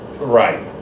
Right